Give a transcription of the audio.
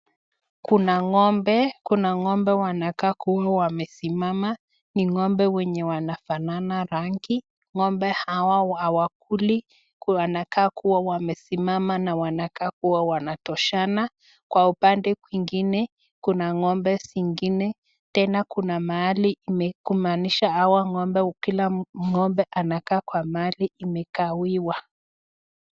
Kuna ng'ombe, kuna ng'ombe wanakaa kuwa wamesimama ni ngombe wenye wanafanana rangi, ng'ombe hawa hawakuli, huku wanakaa kuwa wamesimama na wanakaa kuwa wanatoshana. Kwa upande kwingine , kuna ng'ombe ingine, tena kuna mahali kumaanisha hawa ngombe kila ng'ombe anakaa kwa mahali imakawiwa.